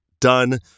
done